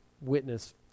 witness